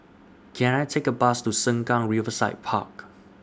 Can I Take A Bus to Sengkang Riverside Park